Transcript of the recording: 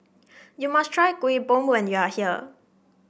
you must try Kuih Bom when you are here